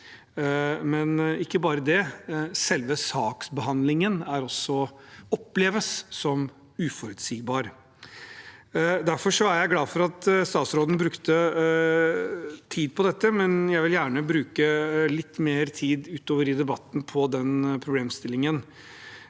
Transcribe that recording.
men ikke bare det: Selve saksbehandlingen oppleves også som uforutsigbar. Derfor er jeg glad for at statsråden brukte tid på dette, men jeg vil gjerne bruke litt mer tid utover i debatten på den problemstillingen.